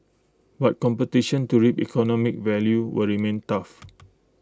but competition to reap economic value will remain tough